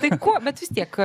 tai ko bet vis tiek